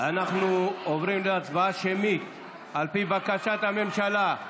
אנחנו עוברים להצבעה שמית על פי בקשת הממשלה.